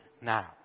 now